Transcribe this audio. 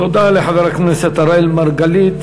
תודה לחבר הכנסת אראל מרגלית.